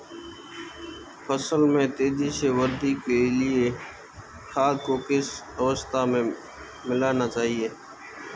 फसल में तेज़ी से वृद्धि के लिए खाद को किस अवस्था में मिलाना चाहिए?